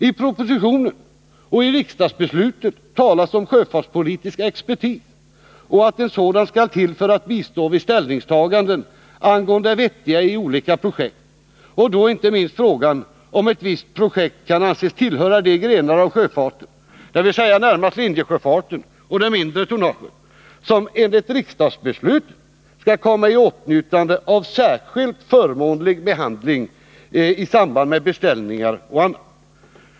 I propositionen och i riksdagsbeslutet talas om sjöfartspolitisk expertis. Det sades att en sådan skulle bistå vid ställningstaganden angående det vettiga i olika projekt, inte minst frågan om ett visst projekt kan anses tillhöra de grenar av sjöfarten, dvs. närmast linjesjöfarten och det mindre tonnaget, som enligt riksdagsbeslutet skall komma i åtnjutande av särskilt förmånlig behandling i samband med beställningar och annat.